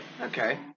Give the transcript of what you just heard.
okay